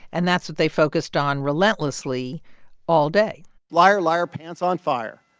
and that's what they focused on relentlessly all day liar, liar, pants on fire.